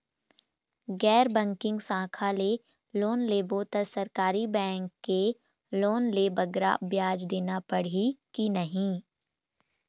गैर बैंकिंग शाखा ले लोन लेबो ता सरकारी बैंक के लोन ले बगरा ब्याज देना पड़ही ही कि नहीं?